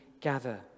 gather